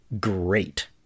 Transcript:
great